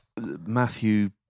Matthew